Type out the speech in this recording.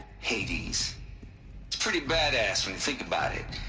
hades it's pretty badass, when you think about it.